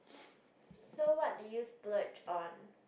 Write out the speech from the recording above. so what did you splurge on